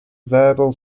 verbal